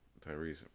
Tyrese